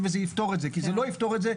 וזה יפתור את זה כי זה לא יפתור את זה,